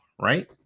Right